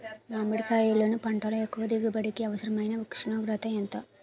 మామిడికాయలును పంటలో ఎక్కువ దిగుబడికి అవసరమైన ఉష్ణోగ్రత ఎంత?